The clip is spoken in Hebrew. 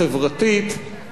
אנטי-כלכלית,